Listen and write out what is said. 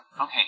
Okay